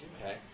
okay